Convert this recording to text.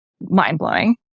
mind-blowing